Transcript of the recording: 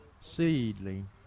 seedling